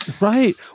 Right